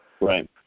Right